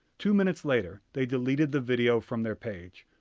two minutes later they deleted the video from their page.